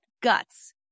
guts